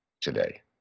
today